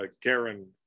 Karen